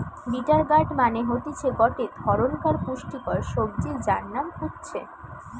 bitter gourd মানে হতিছে গটে ধরণকার পুষ্টিকর সবজি যার নাম উচ্ছে